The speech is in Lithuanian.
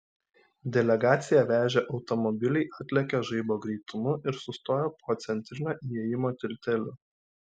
delegaciją vežę automobiliai atlėkė žaibo greitumu ir sustojo po centrinio įėjimo tilteliu